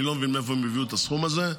אני לא מבין מאיפה הם הביאו את הסכום הזה,